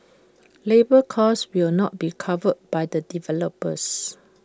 labour cost will not be covered by the developers